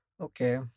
Okay